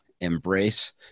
Embrace